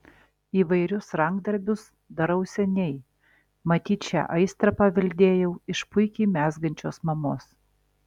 įvairius rankdarbius darau seniai matyt šią aistrą paveldėjau iš puikiai mezgančios mamos